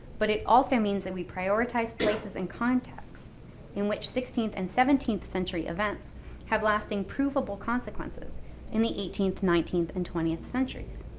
but it also means that we prioritize places in context in which sixteenth and seventeenth century events have lasting provable consequences in the eighteenth, nineteenth, and twentieth centuries.